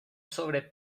sobre